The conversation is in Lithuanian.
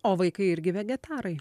o vaikai irgi vegetarai